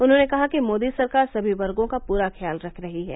उन्होंने कहा कि मोदी सरकार सभी वर्गों का पूरा ख्याल रख रही है